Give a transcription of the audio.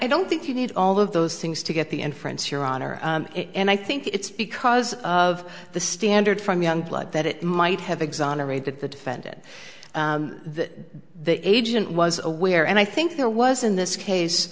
don't think you need all of those things to get the inference your honor and i think it's because of the standard from youngblood that it might have exonerated the defendant that the agent was aware and i think there was in this case